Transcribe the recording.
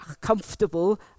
comfortable